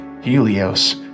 Helios